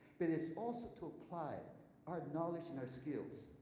but it's also to apply our knowledge and our skills